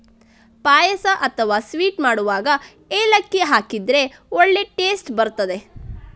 ಪಾಯಸ ಅಥವಾ ಸ್ವೀಟ್ ಮಾಡುವಾಗ ಏಲಕ್ಕಿ ಹಾಕಿದ್ರೆ ಒಳ್ಳೇ ಟೇಸ್ಟ್ ಬರ್ತದೆ